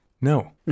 No